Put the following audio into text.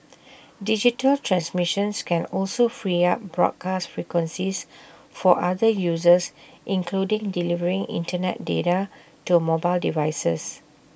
digital transmissions can also free up broadcast frequencies for other uses including delivering Internet data to mobile devices